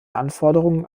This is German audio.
anforderungen